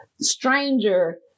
stranger